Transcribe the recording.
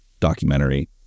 documentary